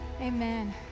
amen